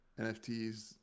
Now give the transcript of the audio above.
NFTs